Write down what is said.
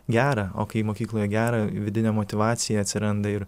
gera o kai mokykloje gera vidinė motyvacija atsiranda ir